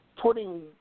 putting